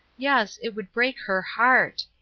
yes. it would break her heart.